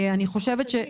חדשני.